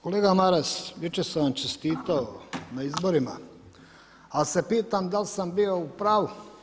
Kolega Maras, jučer sam vam čestitao na izborima, ali se pitam da li sam bio u pravu.